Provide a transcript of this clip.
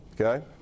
okay